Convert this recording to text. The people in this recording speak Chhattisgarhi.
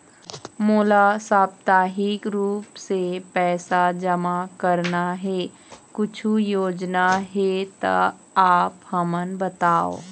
मोला साप्ताहिक रूप से पैसा जमा करना हे, कुछू योजना हे त आप हमन बताव?